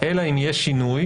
אלא אם יש שינוי,